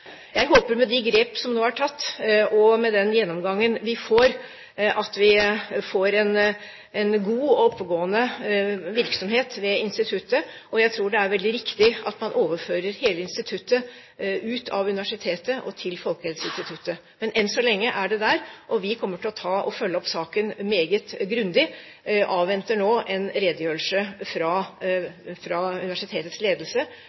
Jeg håper med de grep som nå er tatt, og med den gjennomgangen vi får, at vi får en god og oppegående virksomhet ved instituttet. Jeg tror det er veldig riktig at man flytter hele instituttet ut av universitetet til Folkehelseinstituttet. Men enn så lenge er det der, og vi kommer til å følge opp saken meget grundig. Vi avventer nå en redegjørelse fra universitetets ledelse